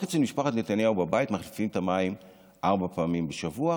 רק אצל משפחת נתניהו בבית מחליפים את המים ארבע פעמים בשבוע,